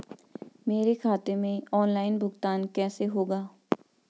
मेरे खाते में ऑनलाइन भुगतान कैसे होगा?